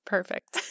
Perfect